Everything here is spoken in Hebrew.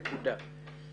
נקודה.